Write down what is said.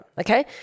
okay